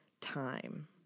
time